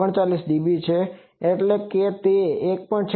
39 dB છે એટલે કે તે 1